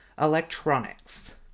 electronics